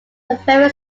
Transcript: very